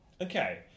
Okay